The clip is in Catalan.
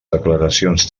declaracions